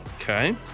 Okay